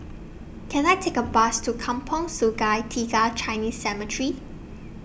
Can I Take A Bus to Kampong Sungai Tiga Chinese Cemetery